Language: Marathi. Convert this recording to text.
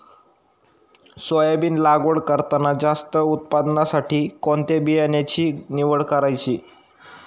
सोयाबीन लागवड करताना जास्त उत्पादनासाठी कोणत्या बियाण्याची निवड करायची?